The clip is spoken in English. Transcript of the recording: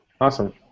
Awesome